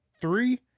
three